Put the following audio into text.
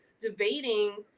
debating